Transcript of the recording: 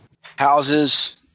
Houses